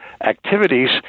activities